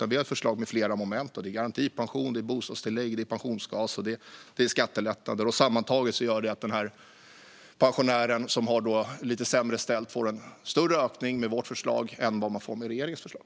Vi har ett förslag med flera moment. Det är både garantipension, bostadstillägg, pensionsgas och skattelättnader. Sammantaget gör detta att de pensionärer som har det lite sämre ställt får en större ökning med vårt förslag än vad de får med regeringens förslag.